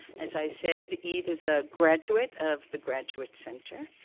as i said, eve is a graduate of the graduate center.